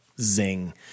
zing